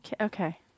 okay